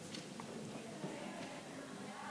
ההצעה